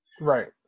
right